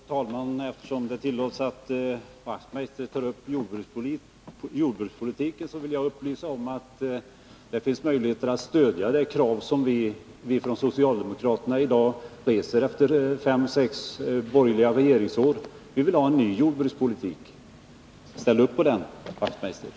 Fru talman! Eftersom det tillåts Hans Wachtmeister att ta upp jordbrukspolitiska spörsmål vill jag upplysa honom om att han har möjligheter att stödja det krav som vi från socialdemokratiskt håll i dag efter fem sex års borgerlig regeringspolitik reser på en ny jordbrukspolitik. Ställ upp på det, Hans Wachtmeister!